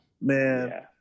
Man